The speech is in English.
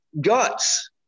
guts